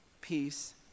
peace